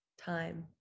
Time